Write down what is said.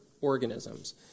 organisms